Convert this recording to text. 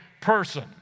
person